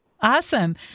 Awesome